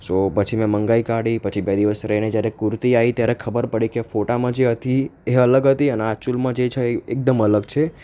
સો પછી મેં મંગાવી કાઢી પછી બે દિવસ રહીને જ્યારે કુર્તી આવી ત્યારે ખબર પડી કે ફોટામાં જે હતી એ અલગ હતી અને આ એક્ચ્યુઅલમાં જે છે એ એકદમ અલગ છે